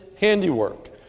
handiwork